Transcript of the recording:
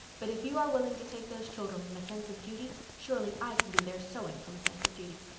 but if you are willing to take those children from a sense of duty surely i can do their sewing from a sense of duty.